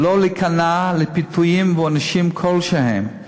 ולא להיכנע לפיתויים ולעונשים כלשהם,